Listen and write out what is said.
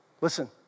Listen